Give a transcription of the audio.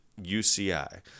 UCI